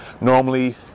normally